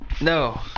no